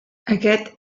aquest